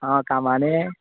आं कामांनी